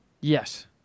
Yes